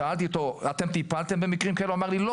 שאלתי אותו אם הם טיפלו במקרים כאלה והוא ענה שלא,